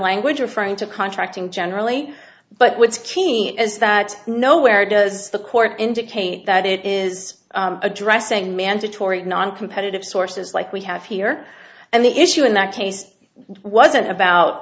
language referring to contracting generally but would scheme is that nowhere does the court indicate that it is addressing mandatory noncompetitive sources like we have here and the issue in that case wasn't